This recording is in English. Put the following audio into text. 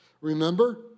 Remember